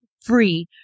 free